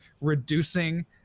reducing